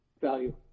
value